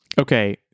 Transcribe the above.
okay